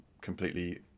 completely